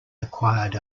acquired